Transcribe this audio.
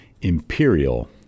Imperial